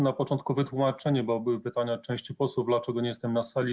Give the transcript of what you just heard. Na początku wytłumaczenie, bo były pytania od części posłów, dlaczego nie jestem na sali.